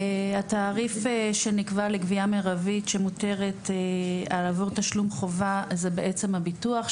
התעריף שנקבע לגבייה מרבית שמותרת עבור תשלום חובה זה בעצם הביטוח.